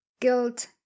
guilt